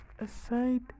Aside